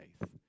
faith